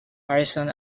harrison